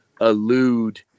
elude